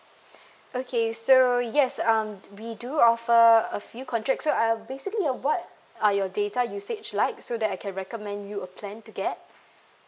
okay so yes um we do offer a few contracts so uh basically uh what are your data usage like so that I can recommend you a plan to get